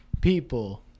people